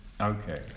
Okay